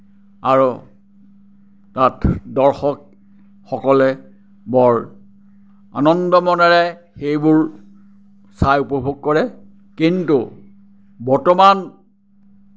আৰু তাত দৰ্শকসকলে বৰ আনন্দমনেৰে সেইবোৰ চাই উপভোগ কৰে কিন্তু বৰ্তমান